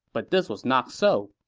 but this was not so.